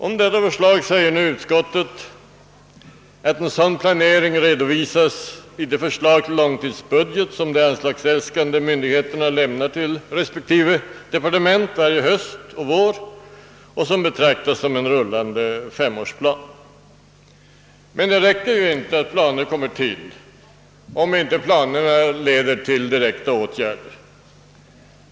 Om detta förslag säger nu utskottet att »en sådan planering redovisas i det förslag till långtidsbudget som de anslagsäskande myndigheterna lämnar till respektive departement varje höst och vår och som närmast kan betraktas som en sorts rullande femårsplan». Men det räcker ju inte att planer kommer till stånd, om de inte leder till direkta åtgärder.